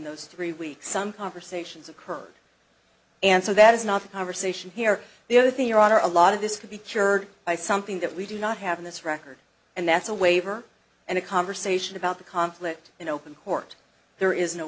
those three weeks some conversations occurred and so that is not the conversation here the other thing your honor a lot of this could be cured by something that we do not have in this record and that's a waiver and a conversation about the conflict in open court there is